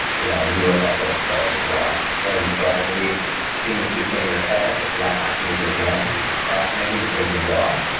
you know and he wrote that book, start with why. and so i believe things could say in your head, but if you're not acting with your hands, you're procrastinating, you're putting things off.